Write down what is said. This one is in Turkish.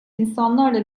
insanlarla